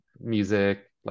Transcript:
music